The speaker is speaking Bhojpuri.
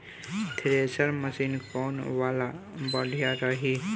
थ्रेशर मशीन कौन वाला बढ़िया रही?